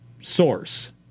source